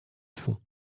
fond